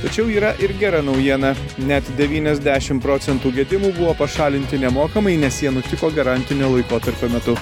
tačiau yra ir gera naujiena net devyniasdešimt procentų gedimų buvo pašalinti nemokamai nes jie nutiko garantinio laikotarpio metu